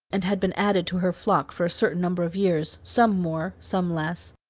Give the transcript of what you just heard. and had been added to her flock for a certain number of years some more, some less.